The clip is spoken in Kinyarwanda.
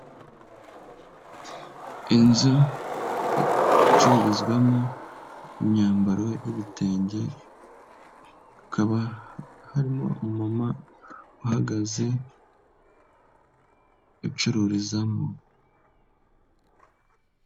Inzu icururizwamo imyambaro y'ibitenge, hakaba harimo umumama uhagaze ucururizamo.